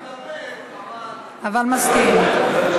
אני מתלבט, אבל, אבל מסכים.